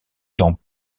dans